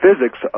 physics